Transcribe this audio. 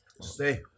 Stay